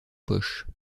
poches